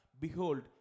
Behold